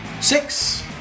Six